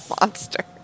monster